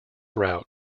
route